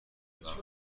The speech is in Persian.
ادامه